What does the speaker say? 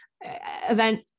event